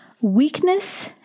Weakness